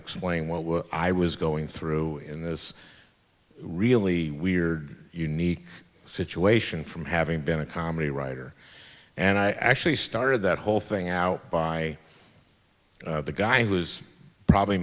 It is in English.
explain what i was going through in this really weird unique situation from having been a comedy writer and i actually started that whole thing out by the guy who was probably